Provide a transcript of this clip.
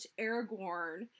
Aragorn